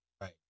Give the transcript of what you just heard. Right